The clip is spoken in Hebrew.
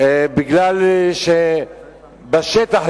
כי בשטח,